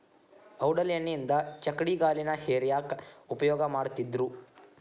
ಔಡಲ ಎಣ್ಣಿಯಿಂದ ಚಕ್ಕಡಿಗಾಲಿನ ಹೇರ್ಯಾಕ್ ಉಪಯೋಗ ಮಾಡತ್ತಿದ್ರು